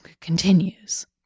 continues